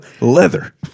Leather